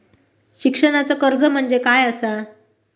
शिक्षणाचा कर्ज म्हणजे काय असा?